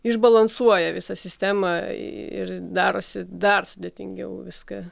išbalansuoja visą sistemą ir darosi dar sudėtingiau viską